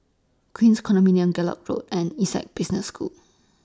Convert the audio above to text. Queens Condominium Gallop Road and Essec Business School